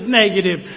negative